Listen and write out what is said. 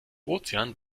ozean